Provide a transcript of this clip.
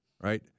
right